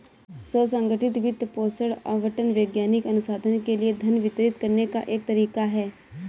स्व संगठित वित्त पोषण आवंटन वैज्ञानिक अनुसंधान के लिए धन वितरित करने का एक तरीका हैं